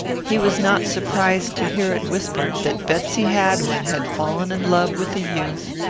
he was not surprised to hear it whispered that betsy hadwin had fallen in love with the youth,